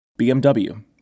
BMW